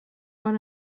bon